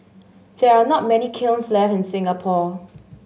there are not many kilns left in Singapore